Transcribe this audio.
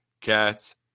Cats